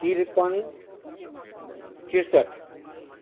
त्रिपन्न त्रिसट्ठी